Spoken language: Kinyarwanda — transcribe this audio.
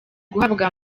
guhabwa